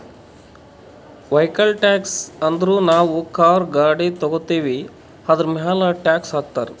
vehicle tax ಅಂದುರ್ ನಾವು car, ಗಾಡಿ ತಗೋತ್ತಿವ್ ಅದುರ್ಮ್ಯಾಲ್ ಟ್ಯಾಕ್ಸ್ ಹಾಕ್ತಾರ್